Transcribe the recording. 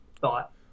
thought